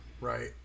Right